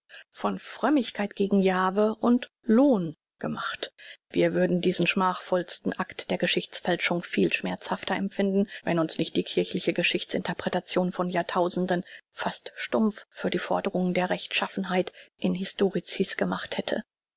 von frömmigkeit gegen javeh und lohn gemacht wir würden diesen schmachvollsten akt der geschichts fälschung viel schmerzhafter empfinden wenn uns nicht die kirchliche geschichts interpretation von jahrtausenden fast stumpf für die forderungen der rechtschaffenheit in historicis gemacht hätte